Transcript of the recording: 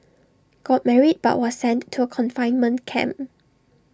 got married but was sent to A confinement camp